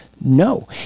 No